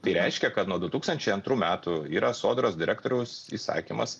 tai reiškia kad nuo du tūkstančiai antrų metų yra sodros direktoriaus įsakymas